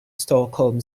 stockholm